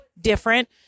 different